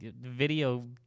video